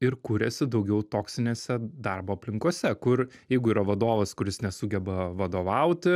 ir kuriasi daugiau toksinėse darbo aplinkose kur jeigu yra vadovas kuris nesugeba vadovauti